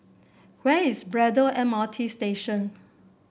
where is Braddell M R T Station